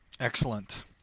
Excellent